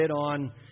on